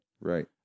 Right